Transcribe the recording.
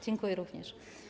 Dziękuję również.